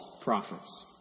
prophets